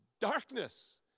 darkness